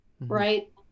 right